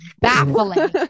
baffling